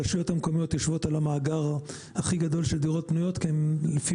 הרשויות המקומיות יושבות על המאגר הכי גדול של דירות פנויות כי לפי